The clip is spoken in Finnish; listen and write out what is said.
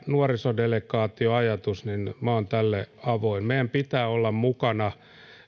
nuorisodelegaatioajatukselle minä olen avoin meidän pitää olla mukana